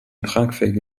tragfähige